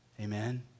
Amen